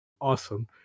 awesome